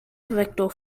vector